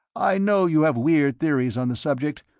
i know you have weird theories on the subject,